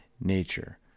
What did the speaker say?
nature